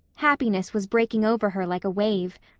happiness was breaking over her like a wave.